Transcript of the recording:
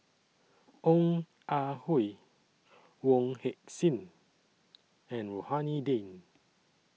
Ong Ah Hoi Wong Heck Sing and Rohani Din